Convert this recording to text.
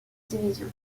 division